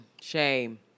Shame